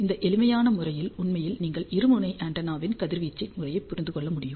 இந்த எளிமையான முறையில் உண்மையில் நீங்கள் இருமுனை ஆண்டெனாவின் கதிர்வீச்சை முறையை புரிந்து கொள்ள முடியும்